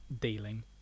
dealing